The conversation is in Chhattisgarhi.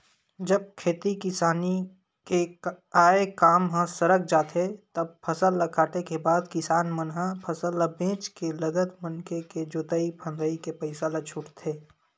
जब खेती किसानी के आय काम ह सरक जाथे तब फसल ल काटे के बाद किसान मन ह फसल बेंच के लगत मनके के जोंतई फंदई के पइसा ल छूटथे